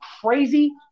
crazy